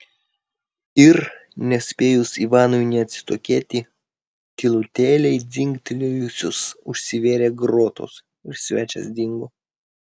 ir nespėjus ivanui nė atsitokėti tylutėliai dzingtelėjusios užsivėrė grotos ir svečias dingo